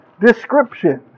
Description